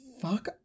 fuck